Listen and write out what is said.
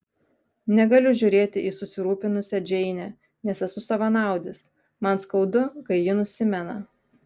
negaliu žiūrėti į susirūpinusią džeinę nes esu savanaudis man skaudu kai ji nusimena